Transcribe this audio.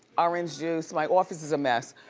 orange juice. my office is a mess.